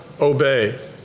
obey